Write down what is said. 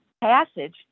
passage